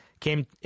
came